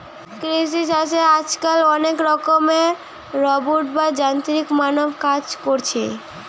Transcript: কৃষি চাষে আজকাল অনেক রকমের রোবট বা যান্ত্রিক মানব কাজ কোরছে